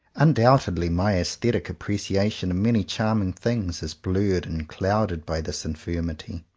un doubtedly my aesthetic appreciation of many charming things is blurred and cloud ed by this infirmity.